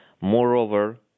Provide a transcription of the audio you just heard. Moreover